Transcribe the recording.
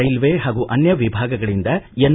railway ಹಾಗೂ ಅನ್ಯ ವಿಭಾಗಗಳಿಂದ ಎನ್